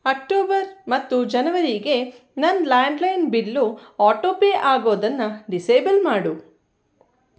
October ಮತ್ತು ಜನವರಿಗೆ ನನ್ನ ಲ್ಯಾಂಡ್ಲೈನ್ ಬಿಲ್ಲು ಆಟೋಪೇ ಆಗೋದನ್ನು ಡಿಸೇಬಲ್ ಮಾಡು